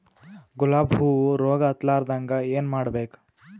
ಗುಲಾಬ್ ಹೂವು ರೋಗ ಹತ್ತಲಾರದಂಗ ಏನು ಮಾಡಬೇಕು?